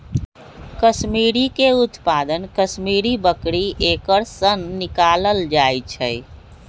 कस्मिरीके उत्पादन कस्मिरि बकरी एकर सन निकालल जाइ छै